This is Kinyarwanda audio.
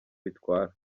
bitwara